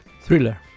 Thriller